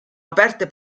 aperte